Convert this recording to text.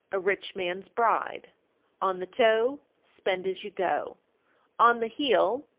a rich man's bride on the toe, spend as you go on the heel,